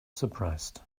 surprised